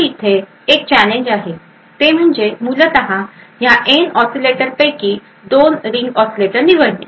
तर येथे एक चॅलेंज आहे ते म्हणजे मूलत या एन ऑसीलेटरपैकी 2 रिंग ऑसिलेटर निवडणे